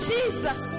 Jesus